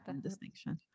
distinction